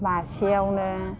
मासेयावनो